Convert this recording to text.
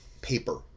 paper